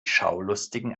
schaulustigen